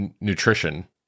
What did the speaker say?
nutrition